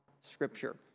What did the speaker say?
Scripture